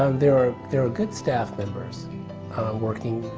um there are, there are good staff members working